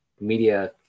media